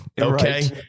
okay